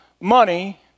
Money